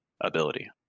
ability